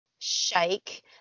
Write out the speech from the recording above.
shake